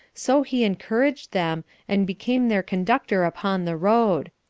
so he encouraged them, and became their conductor upon the road.